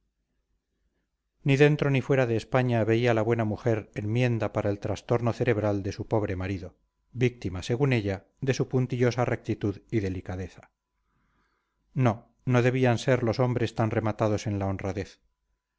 dentro ni fuera de españa veía la buena mujer enmienda para el trastorno cerebral de su pobre marido víctima según ella de su puntillosa rectitud y delicadeza no no debían ser los hombres tan rematados en la honradez